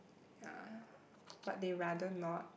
ya but they rather not